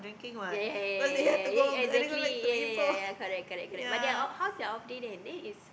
yea yea yea yea exactly yea yea yea yea correct correct correct but their how's your off day then then is